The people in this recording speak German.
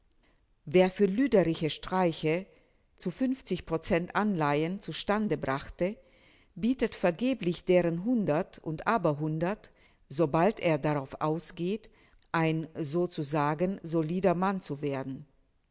wer für lüderliche streiche zu fünfzig procent anleihen zu stande brachte bietet vergeblich deren hundert und aber hundert sobald er darauf ausgeht ein so zu sagen solider mann zu werden